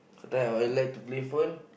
sometime I'll like to play phone